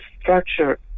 structure